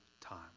time